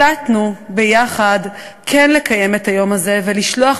החלטנו ביחד כן לקיים את היום הזה ולשלוח